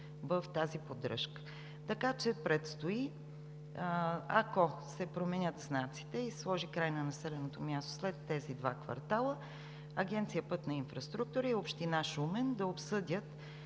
в тази поддръжка. Предстои, ако се променят знаците и се сложи край на населеното място след тези два квартала, Агенция „Пътна инфраструктура“ и община Шумен да обсъдят